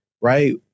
Right